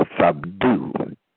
Subdue